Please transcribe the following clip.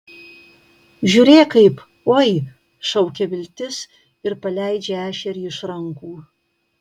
žiūrėk kaip oi šaukia viltis ir paleidžia ešerį iš rankų